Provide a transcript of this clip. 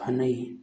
ꯐꯥꯅꯩ